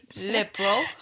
liberal